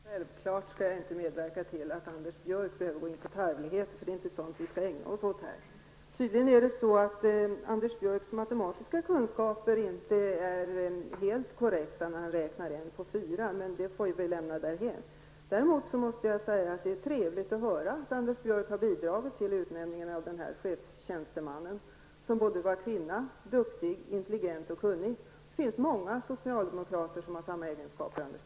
Herr talman! Jag skall självklart inte medverka till att Anders Björck skall behöva gå in på tarvligheter. Sådant skall vi inte hålla på med. Anders Björcks matematiska kunskaper är tydligen inte helt korrekta när han kommer fram till att var fjärde som utnämns är borgerlig. Det får vi väl lämna därhän. Jag måste däremot säga att det är trevligt att höra att Anders Björck har bidragit till utnämningen av denna chefstjänsteman som är kvinna, duktig, intelligent och kunnig. Det finns många socialdemokrater med dessa egenskaper, Anders